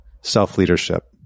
self-leadership